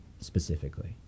specifically